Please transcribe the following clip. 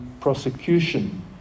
prosecution